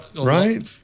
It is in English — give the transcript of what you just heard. Right